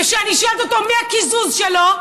וכשאני שואלת אותו מי הקיזוז שלו,